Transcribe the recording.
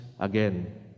Again